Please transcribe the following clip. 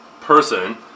person